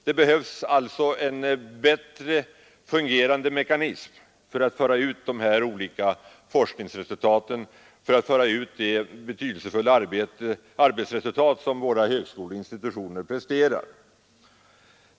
Det behövs alltså en bättre fungerande mekanism för att få ut de olika forskningsresultaten och det betydelsefulla arbetsresultat som våra högskoleinstitutioner presterar.